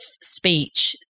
speech